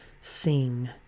Sing